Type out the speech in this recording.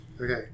Okay